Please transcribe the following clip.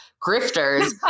grifters